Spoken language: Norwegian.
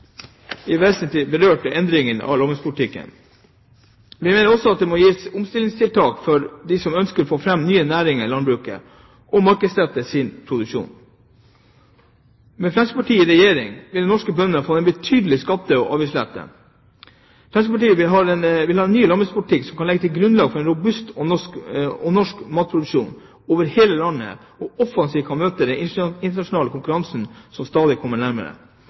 blir vesentlig berørt av endringene i landbrukspolitikken. Vi mener det må gis omstillingstiltak for dem som ønsker å få fram nye næringer i landbruket og markedsrette sin produksjon. Med Fremskrittspartiet i regjering ville norske bønder fått en betydelig skatte- og avgiftslette. Fremskrittspartiet vil ha en ny landbrukspolitikk som kan legge grunnlag for en robust norsk matproduksjon over hele landet, som offensivt kan møte den internasjonale konkurransen som stadig kommer nærmere,